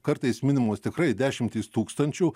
kartais minimos tikrai dešimtys tūkstančių